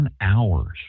hours